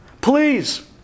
Please